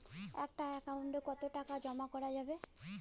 একটা একাউন্ট এ কতো টাকা জমা করা যাবে?